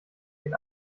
den